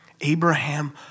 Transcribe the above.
Abraham